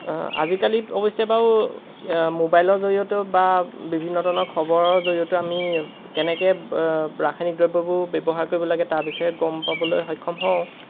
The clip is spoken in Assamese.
আজিকালি অৱশ্যে বাৰু মোবাইলৰ জৰিয়তেও বা বিভিন্ন ধৰণৰ খবৰৰ জৰিয়তে আমি কেনেকৈ ৰাসায়নিক দ্ৰব্যবোৰ ব্যৱহাৰ কৰিব লাগে তাৰ বিষয়ে গম পাবলৈ সক্ষম হওঁ